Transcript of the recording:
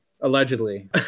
allegedly